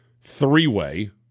three-way